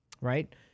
right